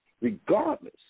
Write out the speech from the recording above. regardless